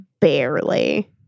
barely